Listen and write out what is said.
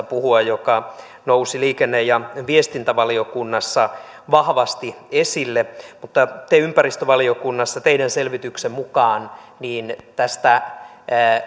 puhua mikä nousi liikenne ja viestintävaliokunnassa vahvasti esille mutta ympäristövaliokunnassa teidän selvityksenne mukaan tästä